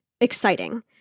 exciting